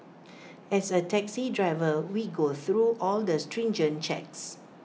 as A taxi driver we go through all the stringent checks